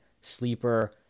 Sleeper